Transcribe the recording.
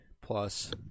Plus